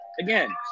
Again